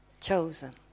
Chosen